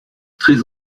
très